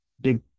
big